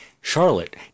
Charlotte